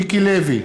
מיקי לוי,